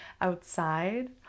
outside